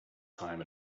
time